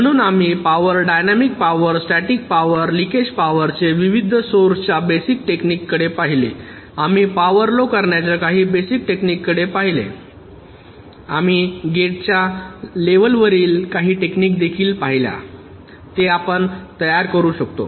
म्हणून आम्ही power dynamic power static power leakage power चे विविध सौर्स च्या बेसिक टेक्निक कडे पाहिले आम्ही पॉवर लो करण्याच्या काही बेसिक टेक्निककडे पाहिले आम्ही गेटच्या लेव्हल वरील काही टेक्निक देखील पहिल्या ते आपण कसे तयार करू शकतो